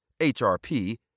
HRP